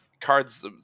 cards